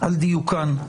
על דיוקן.